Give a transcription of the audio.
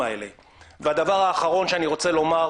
מעין פרוטוקולים שלפיהם יצטרך הציבור